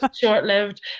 short-lived